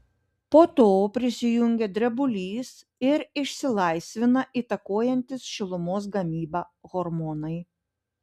po to prisijungia drebulys ir išsilaisvina įtakojantys šilumos gamybą hormonai